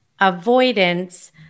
avoidance